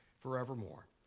forevermore